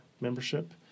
membership